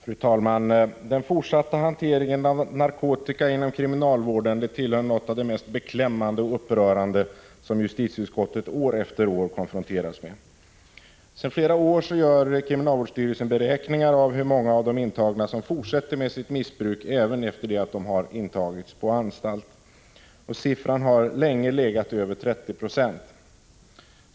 Fru talman! Den fortsatta hanteringen av narkotika inom kriminalvården är något av det mest beklämmande och upprörande som justitieutskottet år efter år konfronteras med. Sedan flera år tillbaka gör kriminalvårdsstyrelsen beräkningar av hur många av de intagna som fortsätter med sitt missbruk även efter det att de intagits på anstalt. Siffran har länge varit över 30 20.